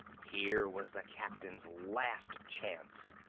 here was the captain's last chance.